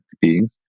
beings